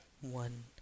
One